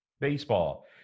Baseball